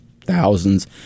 thousands